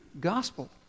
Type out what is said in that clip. Gospel